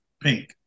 pink